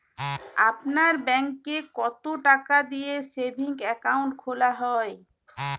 আপনার ব্যাংকে কতো টাকা দিয়ে সেভিংস অ্যাকাউন্ট খোলা হয়?